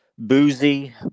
Boozy